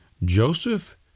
Joseph